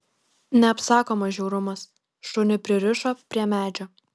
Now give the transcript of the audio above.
neapsakomas žiaurumas šunį pririšo prie medžio